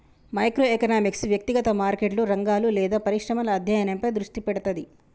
micro economics వ్యక్తిగత మార్కెట్లు, రంగాలు లేదా పరిశ్రమల అధ్యయనంపై దృష్టి పెడతది